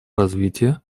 развития